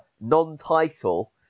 non-title